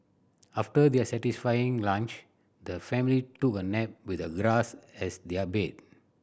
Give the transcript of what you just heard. after their satisfying lunch the family took a nap with the grass as their bed